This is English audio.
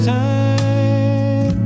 time